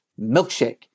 Milkshake